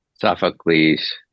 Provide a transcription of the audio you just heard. Sophocles